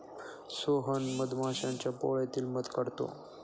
सोहन मधमाश्यांच्या पोळ्यातील मध काढतो